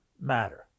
matter